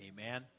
Amen